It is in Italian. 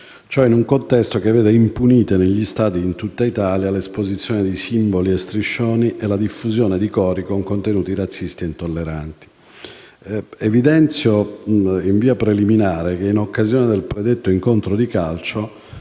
Ciò in un contesto che vede impunite negli stadi di tutta Italia l'esposizione di simboli e striscioni e la diffusione di cori con contenuti razzisti e intolleranti. Evidenzio in via preliminare che in occasione del predetto incontro di calcio,